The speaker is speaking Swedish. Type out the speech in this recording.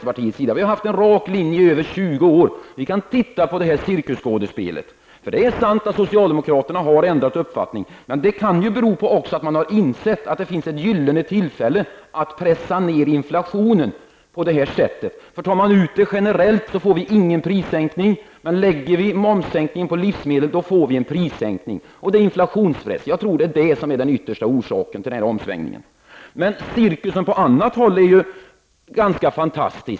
Vi har i över 20 år följt en rak linje, så vi kan titta på cirkusskådespelet. Det är sant att socialdemokraterna har ändrat uppfattning, men det kan också bero på att man har insett att det här är ett gyllene tillfälle att pressa ned inflationen. Om man sänker momsen generellt, blir det inte någon prissänkning, men om man sänker momsen på livsmedel, då blir det en prissänkning som pressar ned inflationen. Jag tror att detta är den yttersta orsaken till omsvängningen. Cirkusen på annat håll är ju ganska fantastisk.